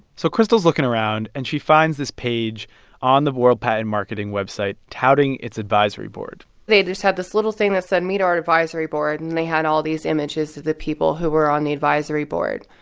so crystal's looking around. and she finds this page on the world patent marketing website, touting its advisory board they just had this little thing that said, meet our advisory board. and they had all these images of the people who were on the advisory board.